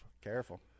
Careful